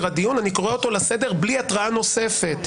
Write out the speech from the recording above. הדיון אני קורא אותו לסדר בלי התראה נוספת.